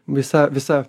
visa visa